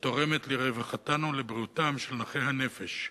ותורמת לרווחתם ולבריאותם של נכי הנפש.